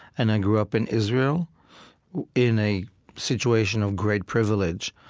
and i grew up in israel in a situation of great privilege.